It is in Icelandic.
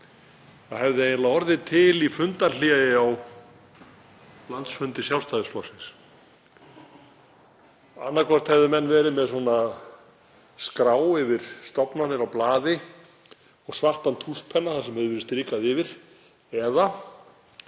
það hefði eiginlega orðið til í fundarhléi á landsfundi Sjálfstæðisflokksins. Annaðhvort hefðu menn verið með skrá yfir stofnanir á blaði og svartan tússpenna til að strika yfir eða